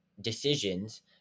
decisions